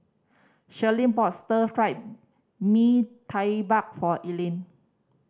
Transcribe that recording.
Sharlene bought Stir Fried Mee Tai Mak for Elaine